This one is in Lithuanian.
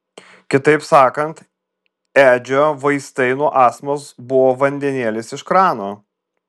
kitaip sakant edžio vaistai nuo astmos buvo vandenėlis iš krano